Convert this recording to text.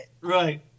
Right